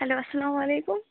hello اسلامُ علیکُم